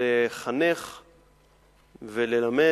כדי לחנך וללמד,